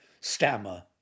stammer